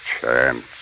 chance